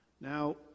Now